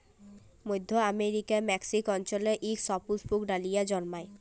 মইধ্য আমেরিকার মেক্সিক অল্চলে ইক সুপুস্পক ডালিয়া জল্মায়